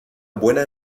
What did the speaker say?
buena